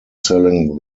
selling